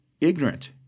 ignorant